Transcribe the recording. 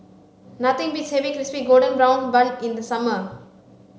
nothing beats having crispy golden brown bun in the summer